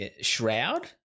Shroud